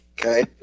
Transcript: okay